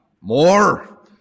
More